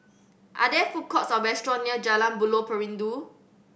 are there food courts or restaurants near Jalan Buloh Perindu